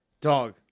Dog